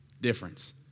difference